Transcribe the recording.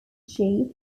chief